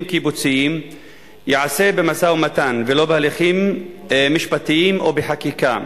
קיבוציים ייעשה במשא-ומתן ולא בהליכים משפטיים או בחקיקה.